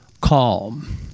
calm